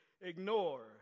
ignore